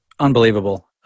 Unbelievable